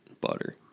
butter